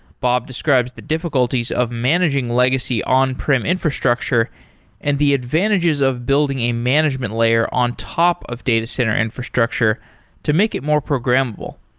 bob describes the difficulties of managing legacy on-prem infrastructure and the advantages of building a management layer on top of data center infrastructure to make it more programmable.